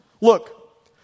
Look